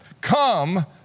Come